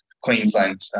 Queensland